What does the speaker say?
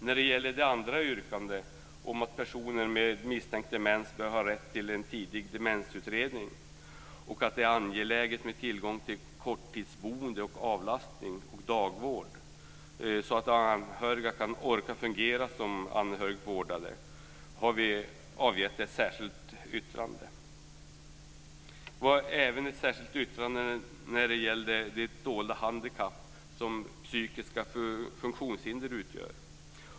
När det gäller det andra yrkandet, om att personer med misstänkt demens bör ha rätt till en tidig demensutredning och att det är angeläget med tillgång till korttidsboende, avlastning och dagvård så att de anhöriga kan orka fungera som anhörigvårdare, har vi avgett ett särskilt yttrande. Vi har även ett särskilt yttrande när det gäller det dolda handikapp som psykiska funktionshinder utgör.